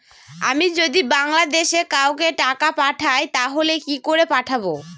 আমি যদি বাংলাদেশে কাউকে টাকা পাঠাই তাহলে কি করে পাঠাবো?